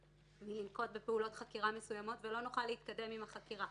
מלנקוט פעולות חקירה מסוימות ולא נוכל להתקדם עם החקירה.